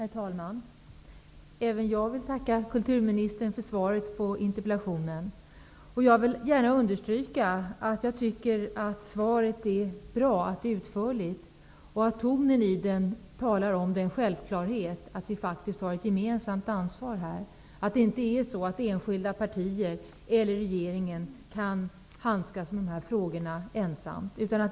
Herr talman! Även jag vill tacka kulturministern för svaret på interpellationen. Jag vill gärna understryka att jag tycker att svaret är utförligt och bra, och tonen i det talar om den självklarheten att vi har ett gemensamt ansvar, att det inte är så att enskilda partier eller regeringen kan handskas med de här frågorna ensamma.